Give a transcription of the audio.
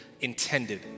intended